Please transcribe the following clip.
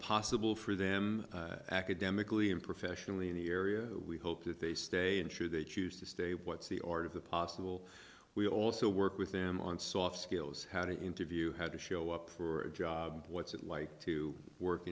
possible for them academically and professionally in the area we hope that they stay in should they choose to stay what's the art of the possible we also work with them on soft skills how to interview had to show up for a job what's it like to work